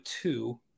two